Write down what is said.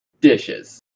Dishes